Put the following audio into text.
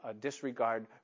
disregard